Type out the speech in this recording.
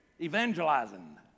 evangelizing